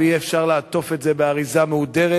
ואי-אפשר לעטוף את זה באריזה מהודרת.